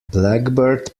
blackbird